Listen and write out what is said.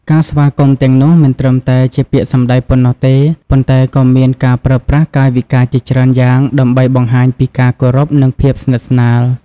ការស្វាគមន៍ទាំងនោះមិនត្រឹមតែជាពាក្យសម្ដីប៉ុណ្ណោះទេ ប៉ុន្តែក៏មានការប្រើប្រាស់កាយវិការជាច្រើនយ៉ាងដើម្បីបង្ហាញពីការគោរពនិងភាពស្និទ្ធស្នាល។